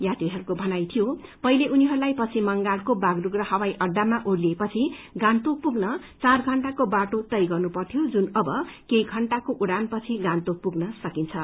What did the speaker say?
यात्रीहरूको भनाई थियो पहिले उनीहरूलाई पश्चिम बंगालको बागडोगरा हवाई अड्डामा ओह्रिलिएपछि गान्तोक पुग्न चार घण्टाको बाटो तया गर्नुपत्यो जुन अब उनीहरूले केही षण्टाको सफरपछि गान्तोक पुग्न सक्छन्